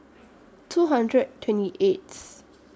two hundred twenty eighth